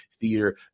theater